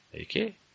Okay